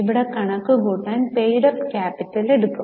ഇവിടെ കണക്കു കൂട്ടാൻ പെയ്ഡ് അപ്പ് ക്യാപിറ്റൽ എടുക്കും